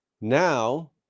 now